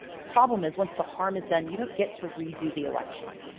the problem is, once the harm is done you don't get to redo the election.